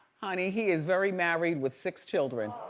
honey, he is very married with six children.